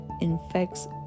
infects